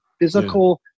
physical